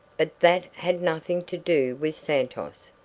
but that had nothing to do with santos.